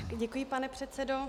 Děkuji, pane předsedo.